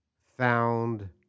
found